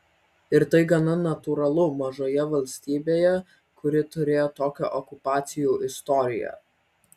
ir tai gana natūralu mažoje valstybėje kuri turėjo tokią okupacijų istoriją